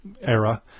era